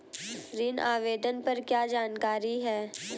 ऋण आवेदन पर क्या जानकारी है?